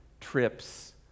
trips